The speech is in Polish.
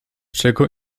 czego